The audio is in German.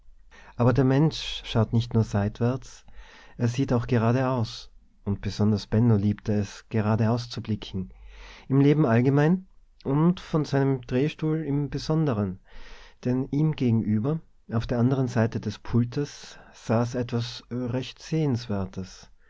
aber der mensch schaut nicht nur seitwärts er sieht auch geradeaus und besonders benno liebte es geradeaus zu blicken im leben allgemein und von seinem drehstuhl im besonderen denn ihm gegenüber auf der anderen seite des pultes saß etwas recht sehenswertes